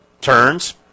turns